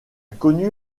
connu